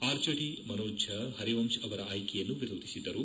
RJD Manoj Jha Harivansh ಅವರ ಆಯ್ಕೆಯನ್ನು ವಿರೋಧಿಸಿದ್ದರು